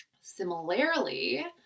Similarly